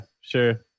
sure